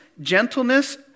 gentleness